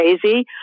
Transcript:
crazy